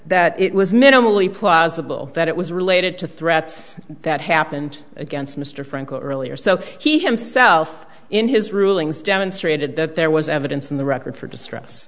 that it was minimally plausible that it was related to threats that happened against mr franco earlier so he himself in his rulings demonstrated that there was evidence in the record for distress